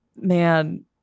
Man